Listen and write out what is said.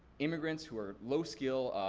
immigrants who are low skill,